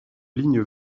ligne